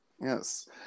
yes